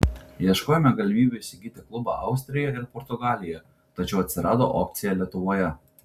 ieškojome galimybių įsigyti klubą austrijoje ir portugalijoje tačiau atsirado opcija lietuvoje